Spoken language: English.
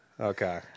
Okay